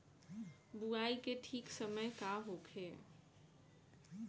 बुआई के ठीक समय का होखे?